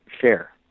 share